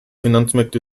finanzmärkte